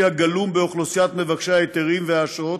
הגלום באוכלוסיית מבקשי ההיתרים והאשרות,